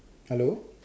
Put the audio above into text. hello